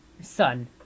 Sun